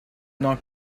not